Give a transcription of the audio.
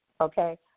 Okay